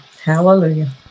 Hallelujah